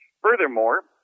Furthermore